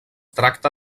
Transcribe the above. tracta